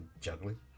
juggling